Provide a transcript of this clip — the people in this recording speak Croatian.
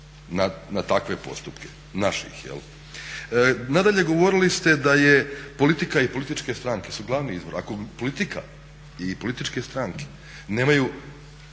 na takve postupke, naših. Nadalje, govorili ste da je politika i političke stranke su glavni izvor. Ako politika i političke stranke nemaju